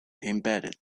embedded